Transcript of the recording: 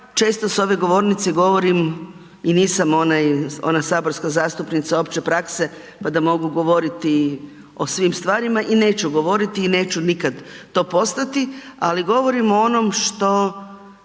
često s ove govornice govorim i nisam ona saborska zastupnica opće prakse pa da mogu govoriti o svim stvarima i neću govoriti i neću nikad to postati, ali govorim o onom što